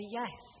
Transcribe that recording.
yes